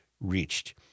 reached